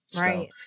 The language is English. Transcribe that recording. Right